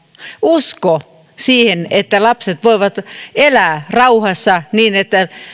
usko siihen että lapset voivat elää rauhassa niin että